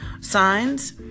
signs